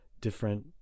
different